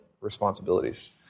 responsibilities